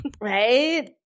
Right